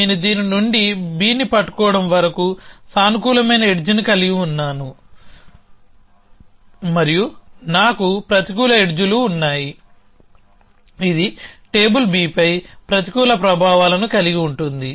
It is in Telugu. నేను దీని నుండి Bని పట్టుకోవడం వరకు సానుకూల ఎడ్జ్ ని కలిగి ఉన్నాను మరియు నాకు ప్రతికూల ఎడ్జ్ లు ఉన్నాయిఇది టేబుల్ Bపై ప్రతికూల ప్రభావాలను కలిగి ఉంటుంది